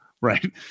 right